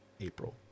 April